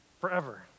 forever